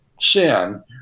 sin